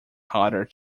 harder